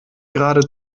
gerade